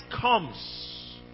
comes